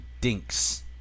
dinks